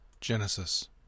Genesis